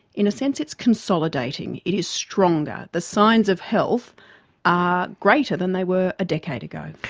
in a sense it's consolidating. it is stronger. the signs of health are greater than they were a decade ago.